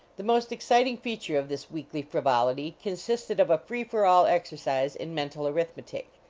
the most exciting feature of this weekly frivolity consisted of a free-for all exercise in mental arithmetic.